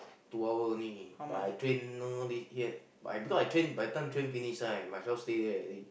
two hour only but I train know here yet but I because I train by the time train finish right might as well stay there already